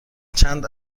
چند